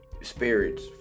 spirits